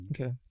Okay